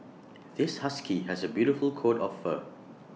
this husky has A beautiful coat of fur